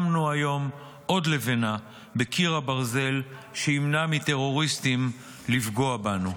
שמנו היום עוד לבנה בקיר הברזל שימנע מטרוריסטים לפגוע בנו.